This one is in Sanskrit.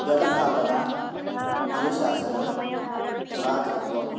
दलभावना अनुशासनं भ्रातृत्वं